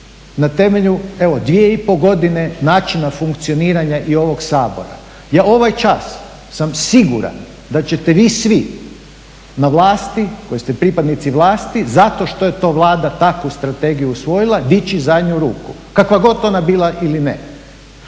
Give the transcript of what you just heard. na temelju evo 2,5 godine načina funkcioniranja i ovog Sabora, ja ovaj čas sam siguran da ćete vi svi na vlasti koji ste pripadnici vlasti zato što je to Vlada takvu strategiju usvojila dići za nju ruku, kakva god ona bila ili ne.